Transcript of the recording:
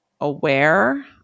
aware